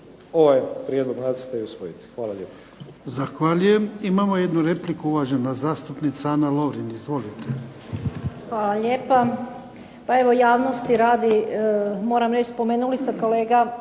ovaj prijedlog nacrta i usvojiti. Hvala lijepo.